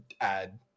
add